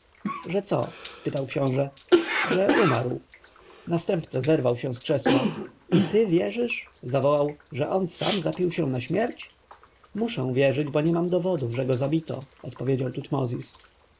co spytał książę że umarł następca zerwał się z krzesła i ty wierzysz zawołał że on sam zapił się na śmierć muszę wierzyć bo nie mam dowodów że go zabito odpowiedział tutmozis